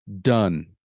done